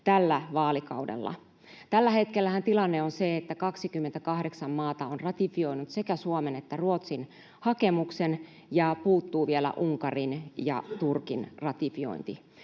tällä vaalikaudella. Tällä hetkellähän tilanne on se, että 28 maata on ratifioinut sekä Suomen että Ruotsin hakemuksen ja puuttuu vielä Unkarin ja Turkin ratifiointi.